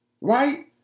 Right